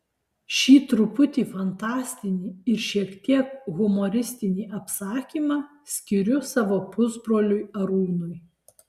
šį truputį fantastinį ir šiek tiek humoristinį apsakymą skiriu savo pusbroliui arūnui